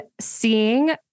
seeing